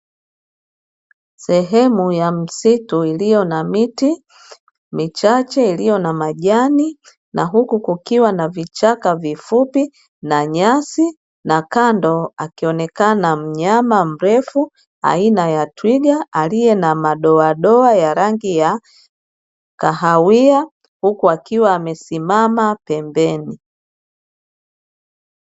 Sehemu ya msitu iliyo na miti Michache iliyo na majani na huku kukiwa na vichaka vifupi, na nyasi na kando akionekana mnyama mrefu aina ya twiga aliye na madoadoa ya rangi ya Kahawia huku akiwa amesimama pembeni.